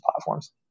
platforms